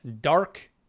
dark